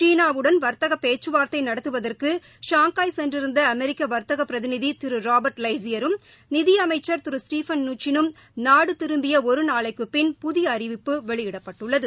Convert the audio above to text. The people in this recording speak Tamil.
சீனாவுடன் வர்த்தக பேச்சுவார்தை நடத்துவதற்கு ஷாங்காய் சென்றிருந்த அமெரிக்க வர்த்தக பிரதிநிதி திரு ராபா்ட் வைட்ஸியரும் நிதி அமைச்சா் திரு ஸ்டீவன் நூச்சினும் நாடு திரும்பிய ஒரு நாளைக்குப் பின் புதிய அறிவிப்பு வெளியிடப்பட்டுள்ளது